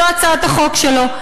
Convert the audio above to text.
זו הצעת החוק שלו,